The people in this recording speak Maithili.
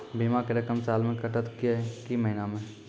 बीमा के रकम साल मे कटत कि महीना मे?